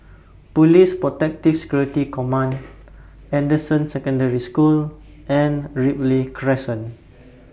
Police Protective Security Command Anderson Secondary School and Ripley Crescent